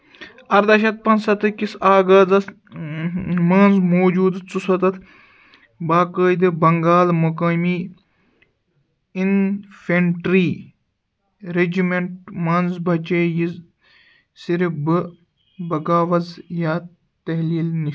اَرداہ شَتھ پَنٛژ سَتتھکِس آغازس منٛز موجوٗدٕ ژُسَتتھ باقٲعدٕ بنگال مقٲمی اِنفٮ۪نٹرٛی رجمٮ۪نٛٹ منٛز بچییہِ صِرف بہٕ بغاوژ یا تحلیل نِش